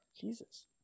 Jesus